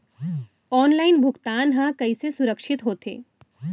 Online भुगतान हा कइसे सुरक्षित होथे?